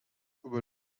über